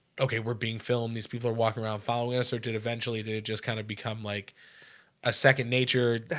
okay, we're being filmed. these people are walking around following us or did eventually did just kind of become like a second nature.